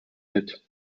mit